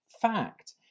fact